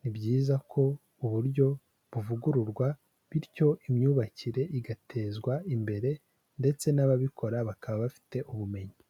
ni byiza ko uburyo buvugururwa bityo imyubakire igatezwa imbere ndetse n'ababikora bakaba bafite ubumenyi.